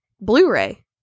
Blu-ray